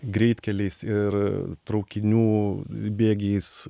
greitkeliais ir traukinių bėgiais